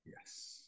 yes